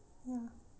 ya